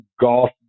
golf